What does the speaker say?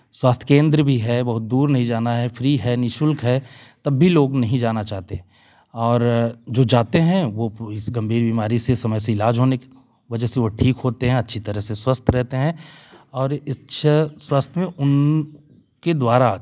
स्वास्थ केंद्र भी है बहुत दूर नहीं जाना है फ्री है नि शुल्क है तब भी लोग नहीं जाना चाहते और जो जाते हैं वो इस गंभीर बीमारी से समय से इलाज होने के वजह से वो ठीक होते हैं अच्छी तरह से स्वस्थ रहते हैं और अच्छे स्वास्थ्य में उनके द्वारा